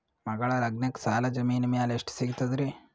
ಮಗಳ ಲಗ್ನಕ್ಕ ಸಾಲ ಜಮೀನ ಮ್ಯಾಲ ಎಷ್ಟ ಸಿಗ್ತದ್ರಿ?